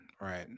right